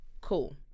cool